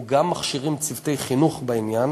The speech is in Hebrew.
אנחנו גם מכשירים צוותי חינוך בעניין